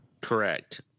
Correct